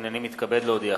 הנני מתכבד להודיעכם,